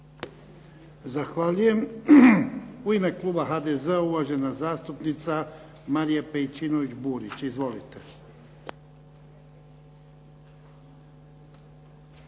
Zahvaljujem. U ime kluba HDZ-a uvažena zastupnica Marija Pejčinović-Burić. Izvolite.